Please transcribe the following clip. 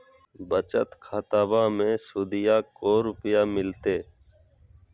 बचत खाताबा मे सुदीया को रूपया मिलते?